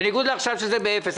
בניגוד לעכשיו שזה אפס.